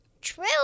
True